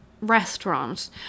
restaurant